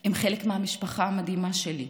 עם חלק מהמשפחה המדהימה שלי,